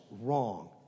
wrong